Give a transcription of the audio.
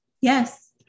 Yes